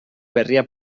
berria